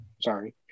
sorry